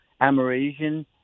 Amerasian